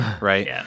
right